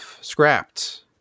scrapped